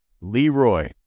Leroy